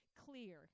clear